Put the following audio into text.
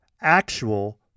actual